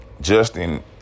Justin